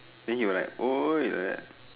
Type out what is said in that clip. then he will like orh like that